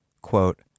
quote